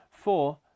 four